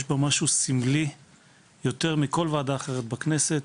יש בה משהו סמלי יותר מכל ועדה אחרת בכנסת,